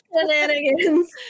shenanigans